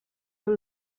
tot